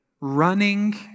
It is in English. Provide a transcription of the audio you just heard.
running